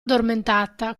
addormentata